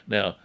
Now